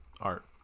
Art